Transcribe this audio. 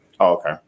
Okay